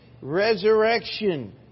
resurrection